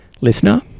Listener